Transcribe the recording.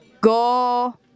go